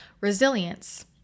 resilience